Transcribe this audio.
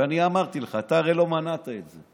ואני אמרתי לך, אתה הרי לא מנעת את זה,